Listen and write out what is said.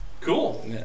Cool